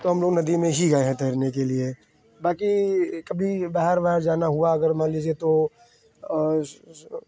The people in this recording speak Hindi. तो हम लोग नदी में ही गए हैं तैरने के लिए बाकी कभी बाहर बाहर जाना हुआ अगर मान लीजिए तो उसमें से